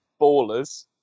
Ballers